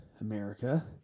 America